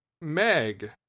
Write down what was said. Meg